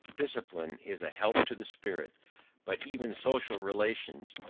discipline is a help to the spirit but even social relations,